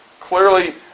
clearly